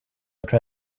try